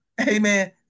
Amen